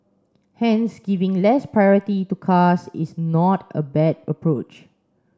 hence giving less priority to cars is not a bad approach